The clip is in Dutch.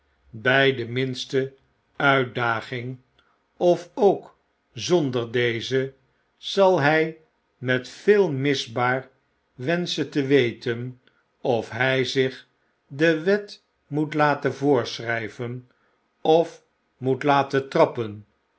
bg de minsteuitdaging of ook zonder deze zal hp met vel misbaar wenschen te weten of hy zich de wet moet laten voorschrjjven of moet jaten trappen